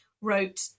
wrote